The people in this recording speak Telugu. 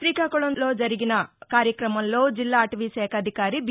శ్రీకాకుళంలో జరిగిన కార్యక్రమంలో జిల్లా అటవీ శాఖ అధికారి బీ